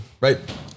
right